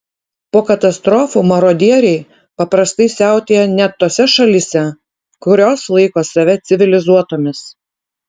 po katastrofų marodieriai paprastai siautėja net tose šalyse kurios laiko save civilizuotomis